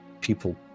people